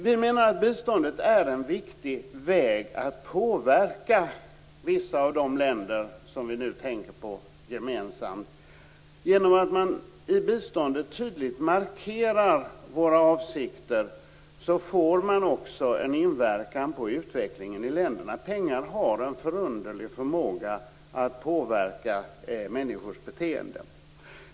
Vi menar att biståndet är en viktig väg att påverka vissa av de länder som vi nu tänker på gemensamt. Genom att vi i biståndet tydligt markerar våra avsikter får vi också en inverkan på utvecklingen i länderna. Pengar har en förunderlig förmåga att påverka människors beteenden.